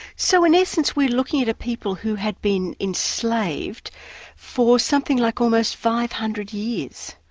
so in essence, we're looking at a people who had been enslaved for something like almost five hundred years.